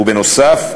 ובנוסף,